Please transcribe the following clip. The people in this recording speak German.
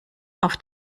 auf